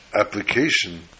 application